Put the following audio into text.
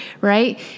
right